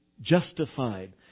justified